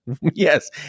Yes